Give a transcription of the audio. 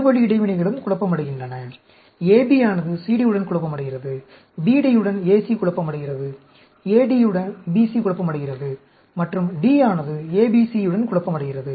இரு வழி இடைவினைகளும் குழப்பமடைகின்றன AB ஆனது CD உடன் குழப்பமடைகிறது BD யுடன் AC குழப்பமடைகிறது AD யுடன் BC குழப்பமடைகிறது மற்றும் D ஆனது ABC யுடன் குழப்பமடைகிறது